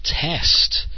test